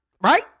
Right